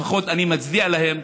לפחות אני מצדיע להם,